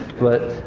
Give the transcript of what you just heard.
but,